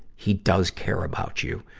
he does care about you.